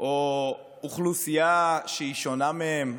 או אוכלוסייה שהיא שונה מהם.